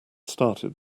started